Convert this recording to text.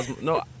No